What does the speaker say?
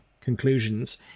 conclusions